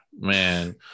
Man